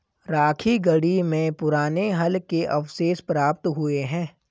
राखीगढ़ी में पुराने हल के अवशेष प्राप्त हुए हैं